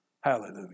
Hallelujah